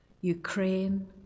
Ukraine